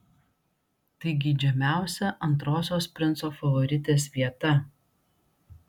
tai geidžiamiausia antrosios princo favoritės vieta